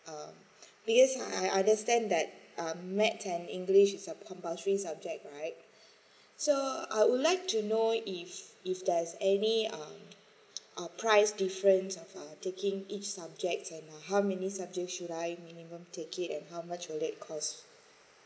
uh because I understand that maths and english is a compulsory subject right so uh I would like to know if if there's any um price difference um taking each subject um how many subjects should I minimum take it and how much will that cost